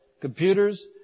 computers